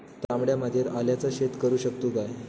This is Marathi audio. तामड्या मातयेत आल्याचा शेत करु शकतू काय?